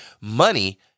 money